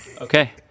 Okay